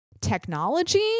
technology